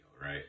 right